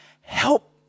Help